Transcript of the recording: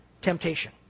temptation